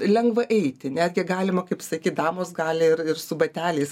lengva eiti netgi galima kaip sakyt damos gali ir ir su bateliais